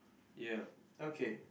ya okay